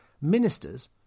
ministers